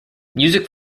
music